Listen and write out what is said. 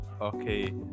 Okay